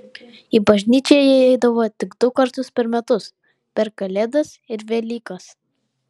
į bažnyčią jie eidavo tik du kartus per metus per kalėdas ir velykas